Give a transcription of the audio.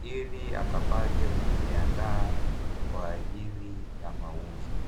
ili akapate kuziandaa kwa ajili ya mauzo.